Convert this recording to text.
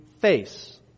face